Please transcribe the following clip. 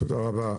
תודה רבה.